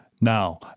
now